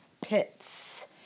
pits